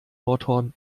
nordhorn